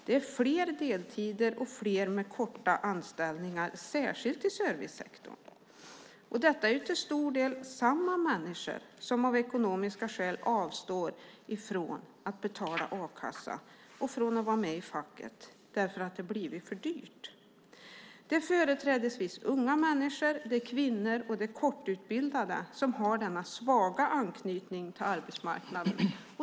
Det är fler deltider och fler med korta anställningar, särskilt i servicesektorn. Detta är till stor del samma människor som av ekonomiska skäl avstår från att betala a-kassan och vara med i facket, därför att det har blivit för dyrt. Det är företrädesvis unga människor, kvinnor och kortutbildade som har denna svaga anknytning till arbetsmarknaden.